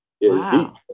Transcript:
Wow